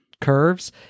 curves